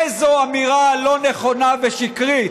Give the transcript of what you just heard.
איזו אמירה לא נכונה ושקרית.